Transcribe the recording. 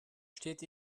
steht